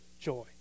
joy